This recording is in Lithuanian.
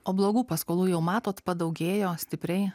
o blogų paskolų jau matot padaugėjo stipriai